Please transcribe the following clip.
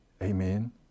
Amen